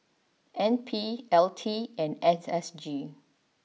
N P L T and S S G